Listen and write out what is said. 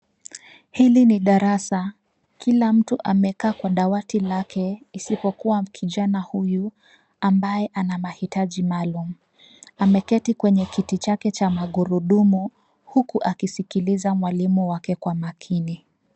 Hili ni darasa. Kila mtu amekaa kwa dawati lake isipokuwa kijana huyu ambaye ana mahitaji maalum. Ameketi kwenye kiti chake cha magurudumu huku akisikiliza mwalimu wake kwa makini.